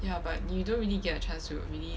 ya but you don't really get a chance to really